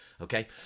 Okay